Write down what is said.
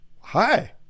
hi